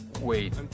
wait